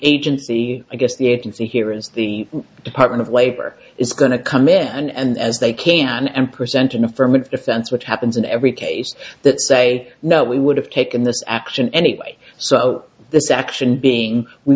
agency i guess the agency here is the department of labor is going to come in and as they can and present an affirmative defense which happens in every case that say no we would have taken this action anyway so this action being we